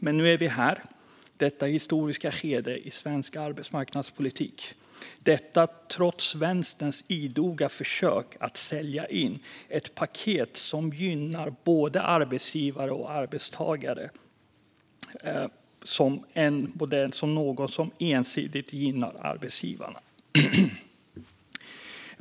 Men nu är vi här vid ett historiskt skede i svensk arbetsmarknadspolitik, trots Vänsterns idoga försök att sälja in det här som ett paket som något som ensidigt gynnar arbetsgivarna, trots att det gynnar både arbetsgivare och arbetstagare.